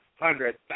Hundred